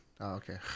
Okay